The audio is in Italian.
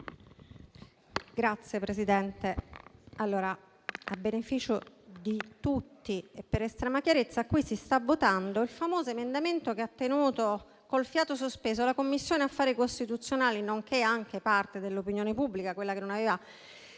Signor Presidente, a beneficio di tutti e per estrema chiarezza, qui si sta votando il famoso emendamento che ha tenuto con il fiato sospeso la Commissione affari costituzionali nonché parte dell'opinione pubblica, quella che non aveva